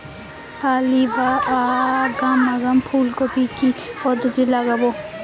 Early বা আগাম ফুল কপি কি পদ্ধতিতে লাগাবো?